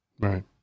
Right